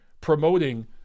promoting